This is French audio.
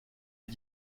est